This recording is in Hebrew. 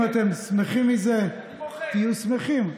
אם אתם שמחים מזה, תהיו שמחים.